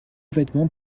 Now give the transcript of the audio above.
vêtements